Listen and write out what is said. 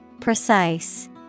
Precise